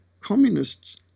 communists